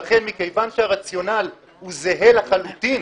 לכן, כיוון שהרציונל הוא זהה לחלוטין,